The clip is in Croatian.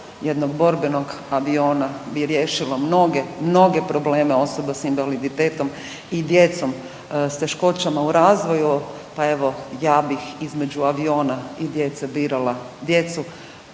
jednog borbenog aviona bi riješilo mnoge, mnoge probleme osoba sa invaliditetom i djecom s teškoćama u razvoju pa evo, ja bih između aviona i djece birala djecu.